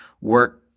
work